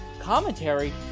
commentary